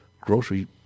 grocery